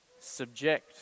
subject